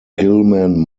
gilman